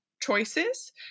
choices